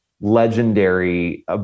legendary